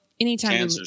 anytime